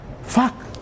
Fuck